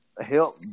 help